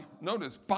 Notice